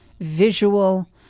visual